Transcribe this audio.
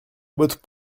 votre